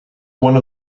one